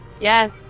Yes